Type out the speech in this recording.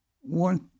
One